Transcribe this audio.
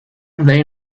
they